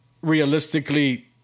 realistically